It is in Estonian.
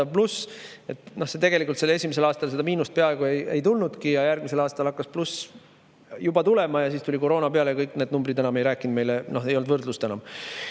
pluss, kuid tegelikult esimesel aastal seda miinust peaaegu ei tulnudki ja järgmisel aastal hakkas juba tulema pluss. Siis tuli koroona peale ja kõik need numbrid enam ei rääkinud, meil ei olnud enam